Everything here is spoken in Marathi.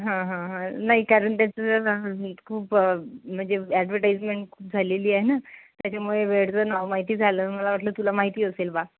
हां हां हां नाही कारण त्याचं जर खूप म्हणजे ॲडव्हटाईजमेंट खूप झालेली आहे ना त्याच्यामुळे वेडचं नाव माहिती झालं मला वाटलं तुला माहिती असेल बा